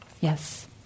yes